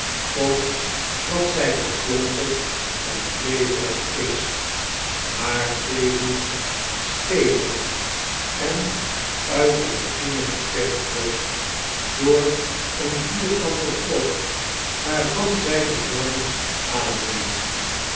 tot dat zg geklonterd en kleverig is maar tevens stevig en uit die machine geperst wordt door een vierkanten trog waarvan zy den vorm aanneemt